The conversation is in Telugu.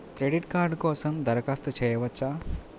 క్రెడిట్ కార్డ్ కోసం దరఖాస్తు చేయవచ్చా?